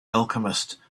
alchemist